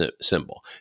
symbol